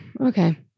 okay